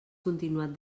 continuat